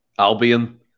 Albion